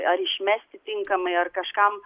ar išmesti tinkamai ar kažkam